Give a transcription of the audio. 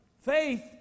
Faith